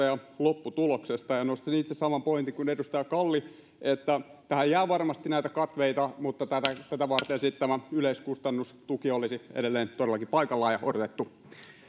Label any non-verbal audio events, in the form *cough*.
*unintelligible* ja lopputuloksesta nostin itse saman pointin kuin edustaja kalli että tähän jää varmasti näitä katveita mutta tätä varten sitten tämä yleiskustannustuki olisi edelleen todellakin paikallaan ja odotettu